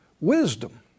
wisdom